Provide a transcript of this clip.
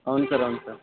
అవును సార్ అవును సార్